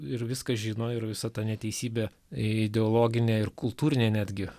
ir viską žino ir visa ta neteisybė ideologinė ir kultūrinė netgi